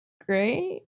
great